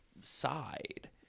side